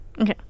Okay